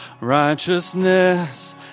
righteousness